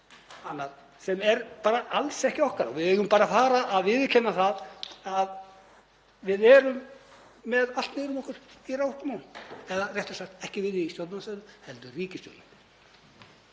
sem er bara alls ekki okkar. Við eigum bara að fara að viðurkenna það að við erum með allt niður um okkur í raforkumálum, eða réttara sagt ekki við í stjórnarandstöðunni heldur ríkisstjórnin.